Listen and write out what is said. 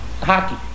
hockey